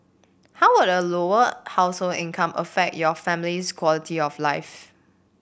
how would a Lower Household income affect your family's quality of life